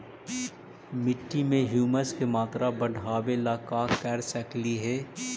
मिट्टी में ह्यूमस के मात्रा बढ़ावे ला का कर सकली हे?